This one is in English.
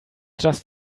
just